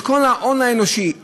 את כל ההון האנושי,